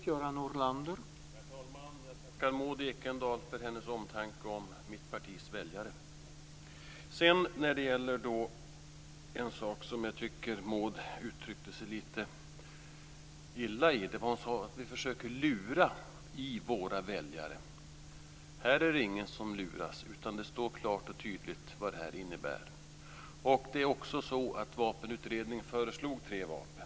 Herr talman! Jag tackar Maud Ekendahl för hennes omtanke om mitt partis väljare. Sedan tycker jag att Maud Ekendahl uttryckte sig lite illa när hon sade att vi försöker "lura i" våra väljare. Här är det ingen som luras, utan det står klart och tydligt vad det här innebär. Det är också så att Vapenutredningen föreslog tre vapen.